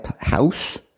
house